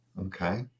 Okay